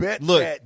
Look